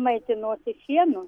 maitinosi šienu